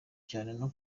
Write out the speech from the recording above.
cyane